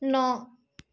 ন